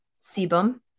sebum